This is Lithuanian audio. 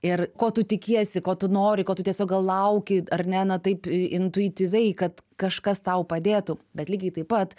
ir ko tu tikiesi ko tu nori ko tu tiesiog gal lauki ar ne na taip intuityviai kad kažkas tau padėtų bet lygiai taip pat